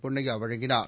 பொன்னையா வழங்கினார்